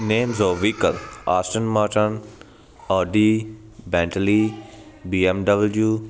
names of vehicle aston martin Audi Bentley BMW